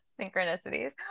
synchronicities